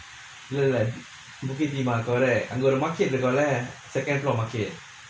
இல்ல இல்ல:ille ille bukit timah correct அங்க ஒரு:angga oru market இருக்குல:irukkula second floor market